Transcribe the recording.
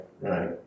right